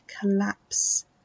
collapse